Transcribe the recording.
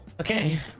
Okay